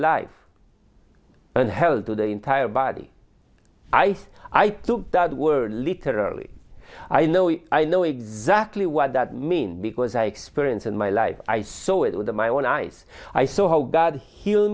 life and hell to the entire body i i took that word literally i know it i know exactly what that means because i experience in my life i saw it with my own eyes i saw how god he